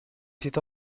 était